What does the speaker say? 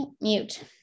mute